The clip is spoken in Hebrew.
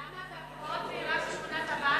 למה, והפרעות בעירק בשכונת עבאס?